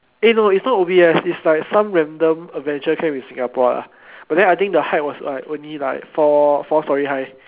eh no it's not O_B_S it's like some random adventure camp in Singapore ah but then I think the height was like only like four four storey high